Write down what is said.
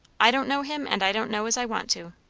i don't know him, and i don't know as i want to.